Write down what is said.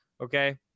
okay